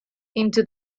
into